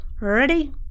Ready